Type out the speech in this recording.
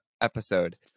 episode